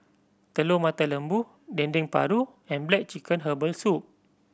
Telur Mata Lembu Dendeng Paru and black chicken herbal soup